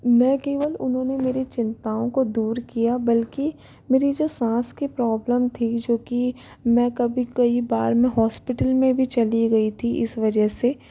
न केवल उन्होंने मेरी चिंताओं को दूर किया बल्कि मेरी जो साँस की प्रॉब्लम थी जो कि मैं कभी कई बार मैं हॉस्पिटल में भी चली गई थी इस वजह से